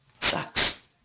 sucks